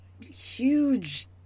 huge